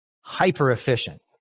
hyper-efficient